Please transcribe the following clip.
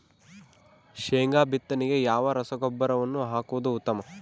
ಶೇಂಗಾ ಬಿತ್ತನೆಗೆ ಯಾವ ರಸಗೊಬ್ಬರವನ್ನು ಹಾಕುವುದು ಉತ್ತಮ?